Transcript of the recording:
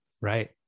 Right